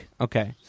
okay